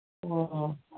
ꯑꯣ